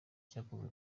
cyakozwe